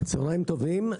צהריים טובים,